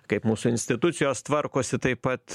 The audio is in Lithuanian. kaip mūsų institucijos tvarkosi taip pat